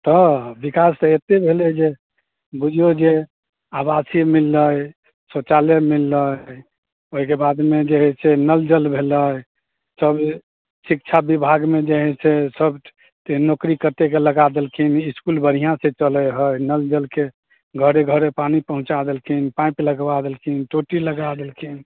तऽ बिकास तऽ एतेक भेलै जे बुझिऔ जे आवासीय मिललै सौचालय मिललै ओहिके बादमे जे हए से नलजल भेलै सब शिक्षा बिभागमे जे हए से सबके नौकरी कतेकके लगा देलखिन ई इसकुल बढ़िआँ से चलए हइ नलजलके घरे घरे पानि पहुँचा देलखिन पाँइप लगवा देलखिन टोंटी लगा देलखिन